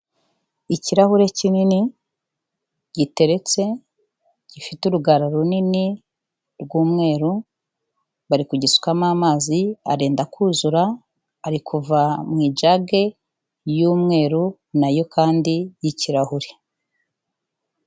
Ikirahure kinini giteretse, gifite urugara runini rw'umweru, bari kugisukamo amazi arenda kuzura, ari kuva mu ijyage y'umweru nayo kandi y'ikirahure.